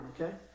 okay